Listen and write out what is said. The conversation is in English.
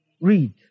read